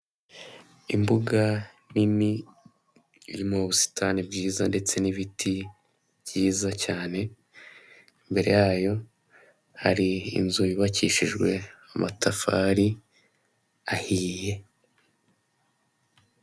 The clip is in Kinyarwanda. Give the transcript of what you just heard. Inoti z'amafaranga ya rimwe y'Amashinwa hariho isura y'umuntu n'amagambo yo mu gishinwa n'imibare isanzwe.